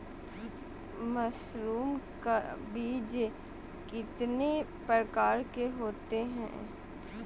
Mushroom का बीज कितने प्रकार के होते है?